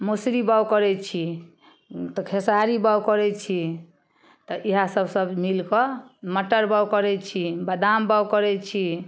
मोसरी बाओग करै छी तऽ खेसारी बाओग करय छी तऽ इएह सब सब मिलकऽ मटर बाओग करै छी बदाम बाओग करै छी